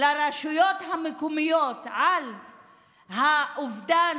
הרשויות המקומיות על אובדן